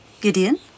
Gideon